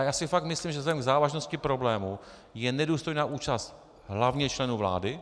Já si fakt myslím, že vzhledem k závažnosti problému je nedůstojná účast hlavně členů vlády.